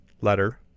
letter